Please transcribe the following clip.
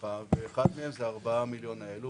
לפתחך אחד מהן זה הארבעה המיליון האלה,